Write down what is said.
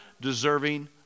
deserving